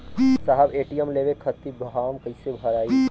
साहब ए.टी.एम लेवे खतीं फॉर्म कइसे भराई?